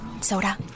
Soda